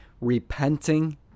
repenting